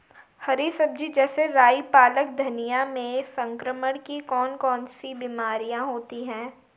हरी सब्जी जैसे राई पालक धनिया में संक्रमण की कौन कौन सी बीमारियां होती हैं?